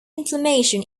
inflammation